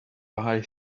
buy